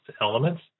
elements